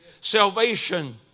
Salvation